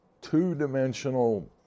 two-dimensional